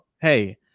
hey